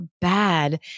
bad